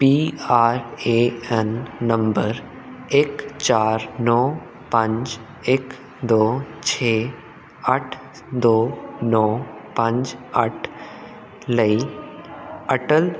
P R A N number ਇੱਕ ਚਾਰ ਨੌ ਪੰਜ ਇੱਕ ਦੋ ਛੇ ਅੱਠ ਦੋ ਨੌ ਪੰਜ ਅੱਠ ਲਈ ਅਟਲ